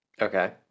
Okay